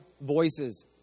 voices